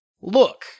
look